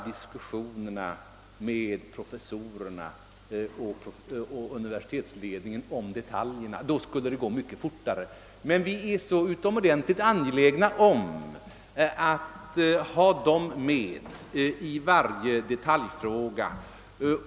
diskussionerna med professo rerna och universitetsledningen om detaljerna. Då skulle det gå mycket for; tare. Vi är emellertid så utomordentligt angelägna om att ha dem med i varje detaljfråga.